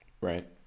Right